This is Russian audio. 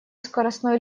скоростной